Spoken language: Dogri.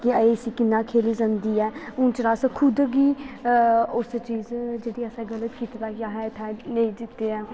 कि इस्सी कि'यां खेली सकदे ऐं उ'न्नै चिर अस खुद गी उस चीज जेह्ड़ा असें गल्त कीता दा कि इत्थै अस नेईं जित्ते ऐं